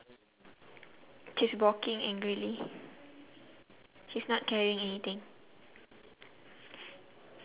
mm yeah one right on top